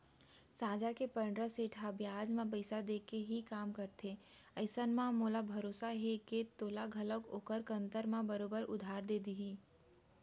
साजा के पंडरा सेठ ह बियाज म पइसा देके ही काम करथे अइसन म मोला भरोसा हे के तोला घलौक ओहर कन्तर म बरोबर उधार दे देही